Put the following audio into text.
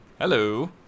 Hello